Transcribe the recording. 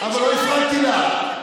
אבל לא הפרעתי לך.